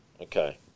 Okay